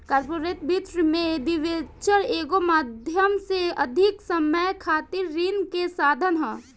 corporate वित्त में debenture एगो माध्यम से अधिक समय खातिर ऋण के साधन ह